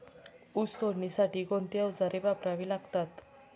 ऊस तोडणीसाठी कोणती अवजारे वापरावी लागतात?